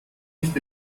nicht